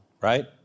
Right